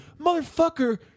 motherfucker